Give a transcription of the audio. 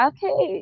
Okay